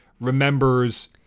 remembers